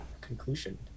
conclusion